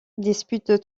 dispute